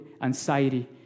anxiety